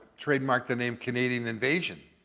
trademarked the name canadian invasion,